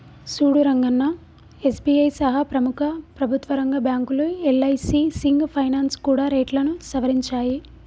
సూడు రంగన్నా ఎస్.బి.ఐ సహా ప్రముఖ ప్రభుత్వ రంగ బ్యాంకులు యల్.ఐ.సి సింగ్ ఫైనాల్స్ కూడా రేట్లను సవరించాయి